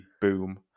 boom